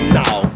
now